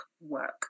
work